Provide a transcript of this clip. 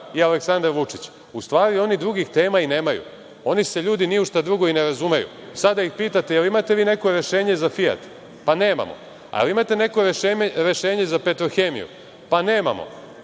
i Aleksandar Vučić. U stvari, oni drugih tema i nemaju, oni se ljudi ni u šta drugo i ne razumeju. Sada da ih pitate – da li vi imate neko rešenje za „Fijat“? Pa, nemamo. Da li imate neko rešenje za „Petrohemiju“? Pa, nemamo.